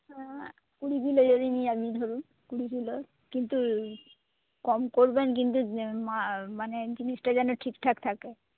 হ্যাঁ কুড়ি কিলো যদি নিই আমি ধরুন কুড়ি কিলো কিন্তু কম করবেন কিন্তু মানে জিনিসটা যেন ঠিকঠাক থাকে